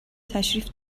تشریف